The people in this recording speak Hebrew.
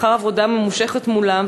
לאחר עבודה ממושכת מולם,